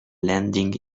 landing